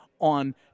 on